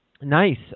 Nice